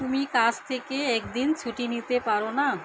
তুমি কাছ থেকে একদিন ছুটি নিতে পারো না